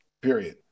Period